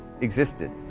existed